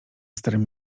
starym